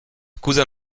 accusa